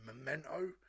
Memento